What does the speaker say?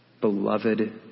Beloved